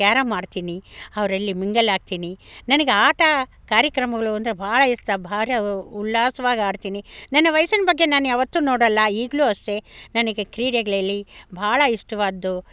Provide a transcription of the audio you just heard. carrom ಆಡ್ತೀನಿ ಅವರಲ್ಲಿ mingle ಆಗ್ತೀನಿ ನನಗೆ ಆಟ ಕಾರ್ಯಕ್ರಮಗಳು ಅಂದರೆ ಬಹಳ ಇಷ್ಟ ಭಾಳ ಉಲ್ಲಾಸವಾಗಿ ಆಡ್ತೀನಿ ನನ್ನ ವಯಸ್ಸಿನ ಬಗ್ಗೆ ನಾನು ಯಾವತ್ತೂ ನೋಡೋಲ್ಲ ಈಗಲೂ ಅಷ್ಟೇ ನನಗೆ ಕ್ರೀಡೆಗಳಲ್ಲಿ ಬಹಳ ಇಷ್ಟವಾದ್ದು